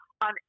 on